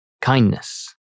Kindness